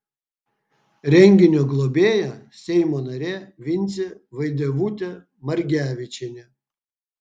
renginio globėja seimo narė vincė vaidevutė margevičienė